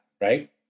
right